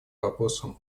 вопросом